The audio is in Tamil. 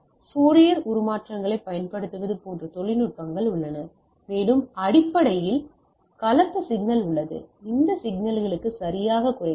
எனவே ஃபோரியர் உருமாற்றங்களைப் பயன்படுத்துவது போன்ற நுட்பங்கள் உள்ளன மேலும் அடிப்படையில் குறிப்பு நேரம் 1335 கலப்பு சிக்னல் உள்ளது அதை இந்த சிக்னல்க்கு சரியாகக் குறைக்கலாம்